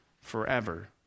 forever